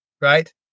right